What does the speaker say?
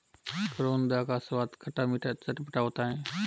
करौंदा का स्वाद खट्टा मीठा चटपटा होता है